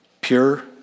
pure